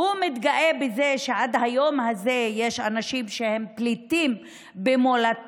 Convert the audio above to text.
הוא מתגאה בזה שעד היום הזה יש אנשים שהם פליטים במולדתם,